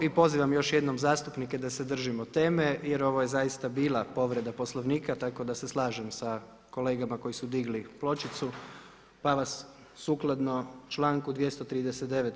I pozivam još jednom zastupnike da se držimo teme jer ovo je zaista bila povreda Poslovnika tako da se slažem sa kolegama koji su digli pločicu, pa vas sukladno članku 239.